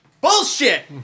bullshit